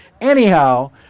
anyhow